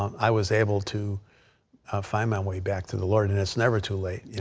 i was able to find me way back to the lord. and it's never too late.